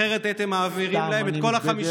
אחרת הייתם מעבירים להם את כל ה-53